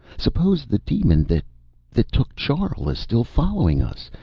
suppose the demon that that took charl is still following us?